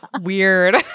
weird